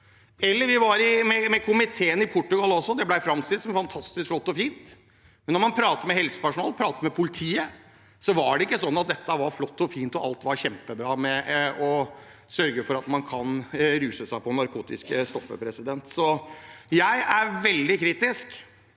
det. Vi var med komiteen til Portugal også. Det ble framstilt som fantastisk flott og fint, men når vi pratet med helsepersonell og politi, var det ikke sånn at dette var flott og fint og at alt var kjempebra med å sørge for at man kan ruse seg på narkotiske stoffer. Jeg er veldig kritisk